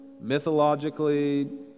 mythologically